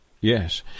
yes